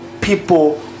people